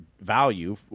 value